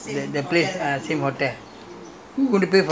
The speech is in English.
he want to room in the our our our